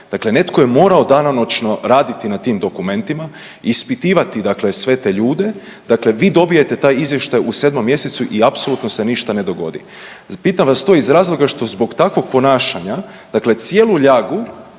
Dakle netko je morao danonoćno raditi na tim dokumentima, ispitivati, dakle sve te ljude, dakle vi dobijete taj Izvještaj u 7. mj. i apsolutno se ništa ne dogodi. Pitam vas to iz razloga što zbog takvog ponašanja dakle cijelu ljagu